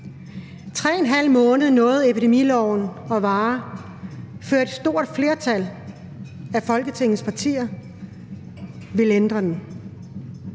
3½ måned nåede epidemiloven at vare, før et stort flertal af Folketingets partier ville ændre den.